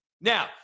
Now